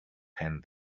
hand